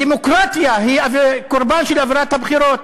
הדמוקרטיה היא קורבן של אווירת הבחירות.